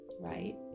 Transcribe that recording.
Right